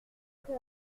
que